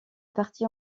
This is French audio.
parti